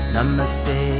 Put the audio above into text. Namaste